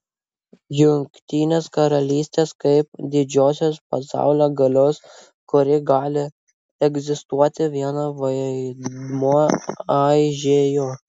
jungtinės karalystės kaip didžiosios pasaulio galios kuri gali egzistuoti viena vaidmuo aižėjo